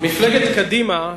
מפלגת קדימה,